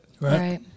right